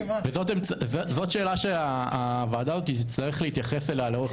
זאת השאלה שהוועדה תצטרך להתייחס אליה לאורך